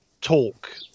talk